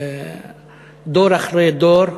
דור אחרי דור.